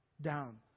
down